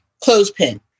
clothespin